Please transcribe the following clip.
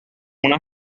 una